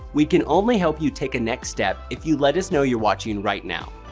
we can only help you take a next step if you let us know you're watching right now.